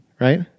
right